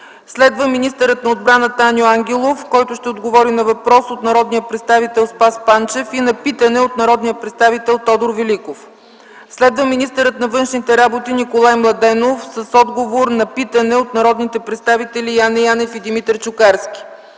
2. Министърът на отбраната Аню Ангелов ще отговори на въпрос от народния представител Спас Панчев и на питане от народния представител Тодор Великов. 3. Министърът на външните работи Николай Младенов ще отговори на питане от народните представители Яне Янев и Димитър Чукарски.